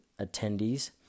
attendees